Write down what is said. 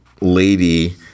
lady